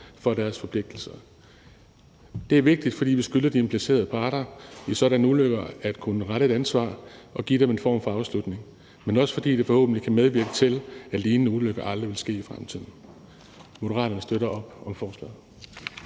for deres forpligtelser. Det er vigtigt, fordi vi skylder de implicerede parter i sådanne ulykker at kunne stille nogen til ansvar og give dem en form for afslutning, men også, fordi det forhåbentlig kan medvirke til, at lignende ulykker aldrig vil ske i fremtiden. Moderaterne støtter op om forslaget.